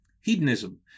Hedonism